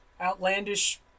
outlandish